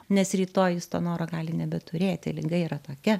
nes rytoj jis to noro gali nebeturėti liga yra tokia